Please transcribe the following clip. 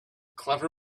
clever